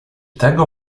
tego